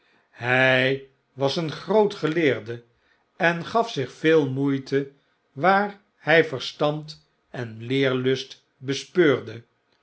hij was een groot geleerde en gaf zich veel moeite waar hy verstand en leerlustbespeurde